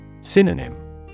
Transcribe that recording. Synonym